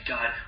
God